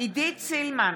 עידית סילמן,